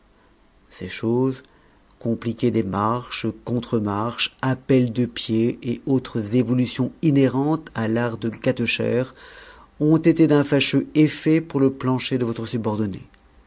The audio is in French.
ces choses compliquées des marches contremarches appels de pied et autres évolutions inhérentes à l'art de gâtechair ont été d'un fâcheux effet pour le plancher de votre subordonné